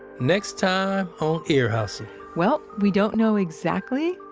next time on ear hustle well, we don't know exactly.